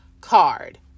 card